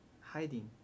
hiding